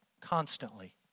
constantly